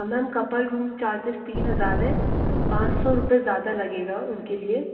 ma'am couple room charges तीन हज़ार हैं पाँस सौ रुपये ज़्यादा लगेगा उनके लिए